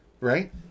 Right